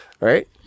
right